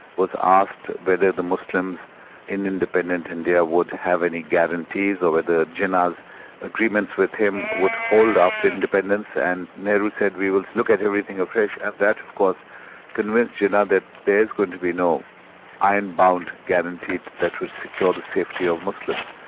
was asked whether the muslims in independent india would have any guarantees or whether jinnah's agreements with him would hold after independence, and nehru said, we will look at everything afresh, and that of course convinced jinnah that there's going to be no ironbound guarantee that would secure the safety of muslims.